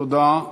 תודה.